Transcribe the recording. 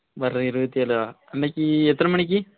வர்ற இருபத்தி ஏழா அன்னைக்கி எத்தனை மணிக்கு